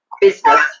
business